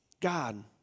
God